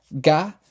Ga